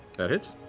that hits.